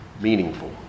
meaningful